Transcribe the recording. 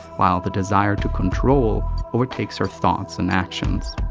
while the desire to control overtakes her thoughts and actions.